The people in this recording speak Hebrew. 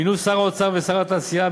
מינו שר האוצר ושר התעשייה,